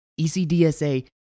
ECDSA